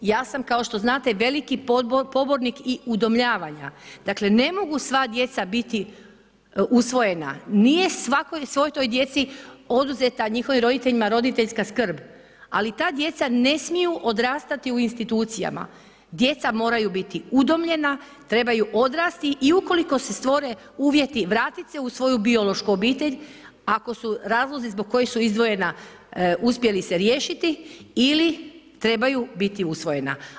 Ja sam kao što znate veliki pobornik i udomljavanja, dakle ne mogu sva djeca biti usvojena, nije svoj toj djeci oduzeta njihovim roditeljima roditeljska skrb ali ta djeca ne smiju odrastati u institucijama, djeca moraju biti udomljena, trebaju odrasti i ukoliko se stvore uvjeti, vratit se u svoju biološku obitelj ako su razlozi zbog kojih su izdvojena, uspjeli se riješiti ili trebaju biti usvojena.